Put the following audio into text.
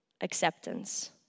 acceptance